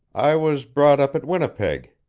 i was brought up at winnipeg,